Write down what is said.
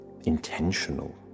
intentional